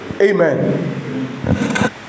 Amen